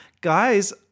guys